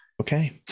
Okay